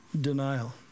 denial